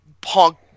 punk